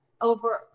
over